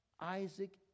Isaac